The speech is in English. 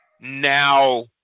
now